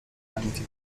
anti